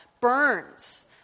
burns